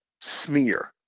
smear